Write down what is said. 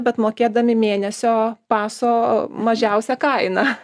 bet mokėdami mėnesio paso mažiausią kainą